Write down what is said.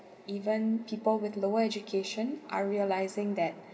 even people with lower education are realising that